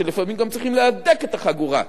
שלפעמים גם צריכים להדק את החגורה,